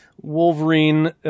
Wolverine